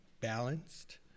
balanced